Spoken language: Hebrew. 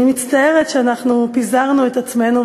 אני מצטערת שאנחנו פיזרנו את עצמנו,